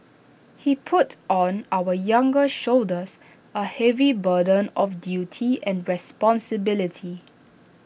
he put on our younger shoulders A heavy burden of duty and responsibility